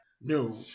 No